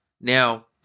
Now